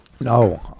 No